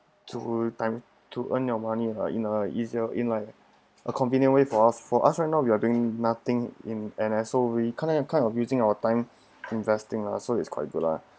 to time to earn your money lah in a easier in like a convenient way for us for us right now we are doing nothing in N_S so we kind of kind of using our time investing lah so it's quite good lah